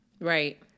Right